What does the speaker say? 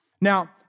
Now